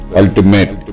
ultimate